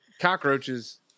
Cockroaches